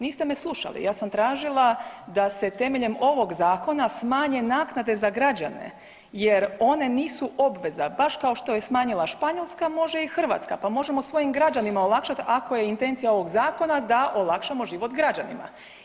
Niste me slušali, ja sam tražila da se temeljem ovog zakona smanje naknade za građane jer one nisu obveza, baš kao što je smanjila Španjolska može i Hrvatska, pa možemo svojim građanima olakšat ako je intencija ovog zakona da olakšamo život građanima.